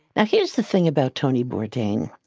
now here's the thing about tony bourdain.